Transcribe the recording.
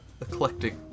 eclectic